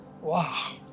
Wow